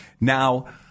Now